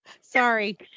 Sorry